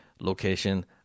location